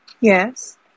Yes